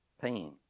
pain